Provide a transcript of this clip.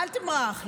אל תמרח.